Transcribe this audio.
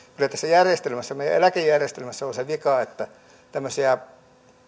kyllä tässä meidän eläkejärjestelmässämme on vika tämmöisiä